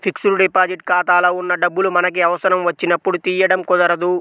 fixed deposit ఖాతాలో ఉన్న డబ్బులు మనకి అవసరం వచ్చినప్పుడు తీయడం కుదరదు